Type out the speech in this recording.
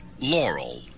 Laurel